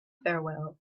farewell